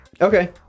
Okay